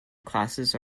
classes